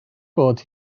bod